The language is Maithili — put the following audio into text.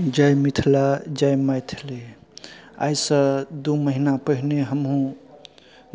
जय मिथिला जय मैथिली आइसं दू महीना पहिने हमहूँ